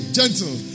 gentle